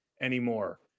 anymore